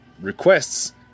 requests